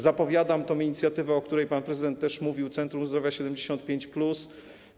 Zapowiadam tę inicjatywę, o której pan prezydent też mówił, czyli Centrum Zdrowia 75+.